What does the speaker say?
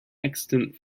extant